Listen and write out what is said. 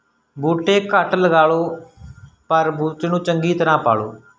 ਬੂਟੇ ਘੱਟ ਲਗਾ ਲਓ ਪਰ ਬੂਟੇ ਨੂੰ ਚੰਗੀ ਤਰ੍ਹਾਂ ਪਾਲੋ